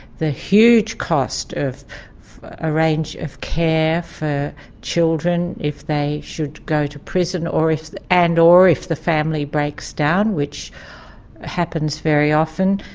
the huge cost of a range of care for children if they should go to prison or if. and or if the family breaks down, which happens very often.